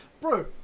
bro